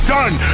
done